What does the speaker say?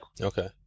okay